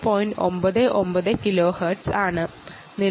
99 kilohertz എന്ന റേറ്റിലാണ് update ആകുന്നത്